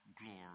glory